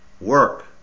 Work